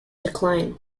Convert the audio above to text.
decline